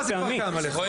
היום לכאורה זה כבר חל עליך.